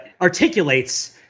articulates